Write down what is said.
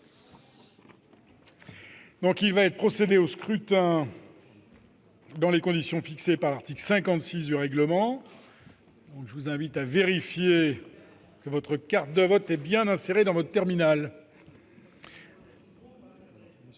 Il va être procédé au scrutin dans les conditions fixées par l'article 56 du règlement. Je vous invite, mes chers collègues, à vérifier que votre carte de vote est bien insérée dans votre terminal.